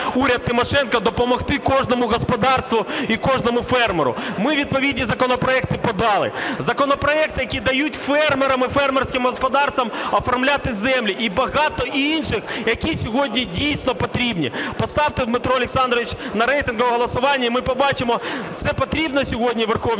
уряд Тимошенко допомагати кожному господарству і кожному фермеру. Ми відповідні законопроекти подали, законопроекти які дають фермерам і фермерським господарствам оформляти землі, і багато інших, які сьогодні, дійсно, потрібні. Поставте, Дмитро Олександрович, на рейтингове голосування і ми побачимо, чи це потрібно сьогодні Верховній